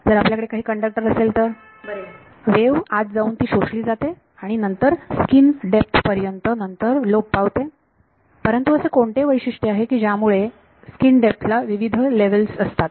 जर आपल्याकडे काही कंडक्टर असेल विद्यार्थी बरे वेव्ह आत जाऊन ती शोषली जाते आणि नंतर स्कीन डेप्थ नंतर लोप पावते परंतु असे कोणते वैशिष्ट्य आहे की जिच्यामुळे स्कीन डेप्थ ला विविध लेवल असतात